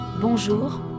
Bonjour